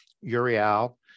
Uriel